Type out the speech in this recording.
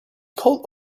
called